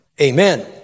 Amen